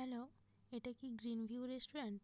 hello এটা কি Green View restaurant